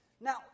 Now